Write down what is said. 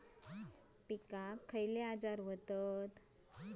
पिकांक खयले आजार व्हतत?